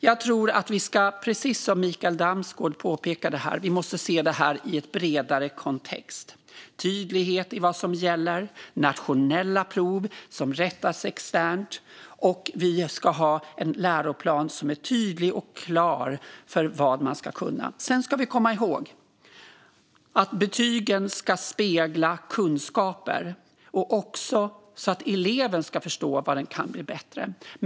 Jag tror att vi, precis som Mikael Damsgaard påpekade här, måste se det här i en bredare kontext och ha tydlighet i vad som gäller och nationella prov som rättas externt. Vi ska ha en läroplan som är tydlig och klar när det gäller vad man ska kunna. Vi ska komma ihåg att betygen ska spegla kunskaper och göra så att eleven förstår var den kan bli bättre.